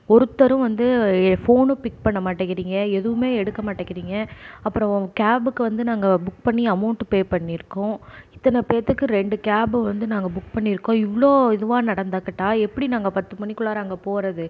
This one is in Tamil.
ஒருத்தரும் வந்து ஃபோனும் பிக் பண்ண மாட்டேங்கிறீங்க எதுவுமே எடுக்க மாட்டேங்கிறீங்க அப்பறம் கேப்புக்கு வந்து நாங்கள் புக் பண்ணி அமௌண்ட் பே பண்ணியிருக்கோம் இத்தனை பேத்துக்கு ரெண்டு கேப்பு வந்து நாங்கள் புக் பண்ணியிருக்கோம் இவ்வளோ இதுவாக நடந்துக்கிட்டால் எப்படி நாங்கள் பத்து மணிக்குள்ளார அங்கே போகிறது